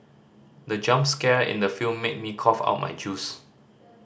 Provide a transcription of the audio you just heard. the jump scare in the film made me cough out my juice